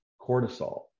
cortisol